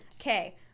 okay